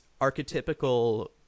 archetypical